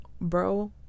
bro